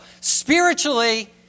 spiritually